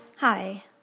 Hi